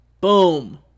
Boom